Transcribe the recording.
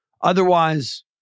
Otherwise